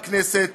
בכנסת,